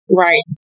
right